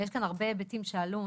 יש כאן הרבה היבטים שעלו.